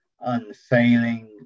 unfailing